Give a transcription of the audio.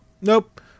nope